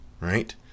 right